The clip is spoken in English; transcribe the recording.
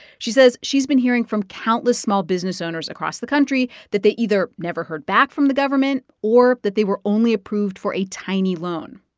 she says she's been hearing from countless small-business owners across the country that they either never heard back from the government or that they were only approved for a tiny loan.